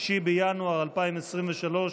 6 בינואר 2023,